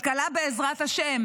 כלכלה בעזרת ה',